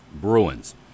Bruins